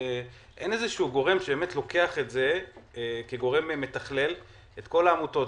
אין גורם שלוקח את זה כגורם מתכלל את כל העמותות,